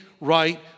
right